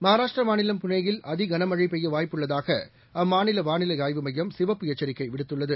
மகாராஷ்டிராமாநிலம் புனேயில் அதிகனமழைபெய்யவாய்ப்பு உள்ளதாகஅம்மாநிலவாளிலைஆய்வு மையம் சிவப்பு எச்சரிக்கைவிடுத்துள்ளது